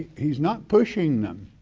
he's not pushing them,